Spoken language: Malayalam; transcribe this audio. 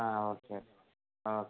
ആ ഓക്കെ ഓക്കെ ഓക്കെ ഓക്കേ